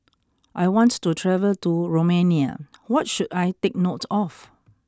I want to travel to Romania what should I take note of